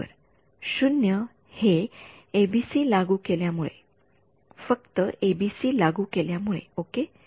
बरोबर 0 हे एबीसी लागू केल्या मुळे फक्त एबीसी लागू केल्या मुळे ओके